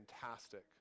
fantastic